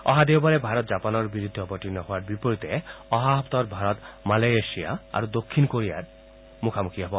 অহা দেওবাৰে ভাৰত জাপানৰ বিৰুদ্ধে অৱতীৰ্ণ হোৱাৰ বিপৰীতে অহা সপ্তাহত ভাৰত মালয়েছিয়া আৰু দক্ষিণ কোৰিয়াৰ সন্মুখীন হ'ব